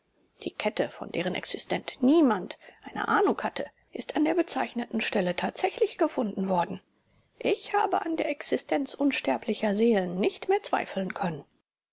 die kette von deren existenz niemand mand eine ahnung hatte ist an der bezeichneten stelle tatsächlich gefunden worden ich habe an der existenz unsterblicher seelen nicht mehr zweifeln können